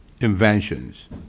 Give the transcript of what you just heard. inventions